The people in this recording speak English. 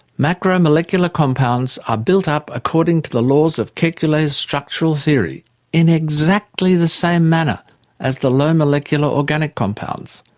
macromolecular compounds are built up according to the laws of kekule's structural theory in exactly the same manner as the low-molecular organic compounds,